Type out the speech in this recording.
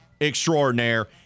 extraordinaire